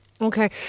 Okay